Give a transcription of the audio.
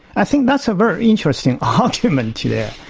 i think that's a very interesting argument here.